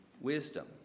wisdom